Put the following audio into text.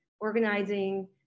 organizing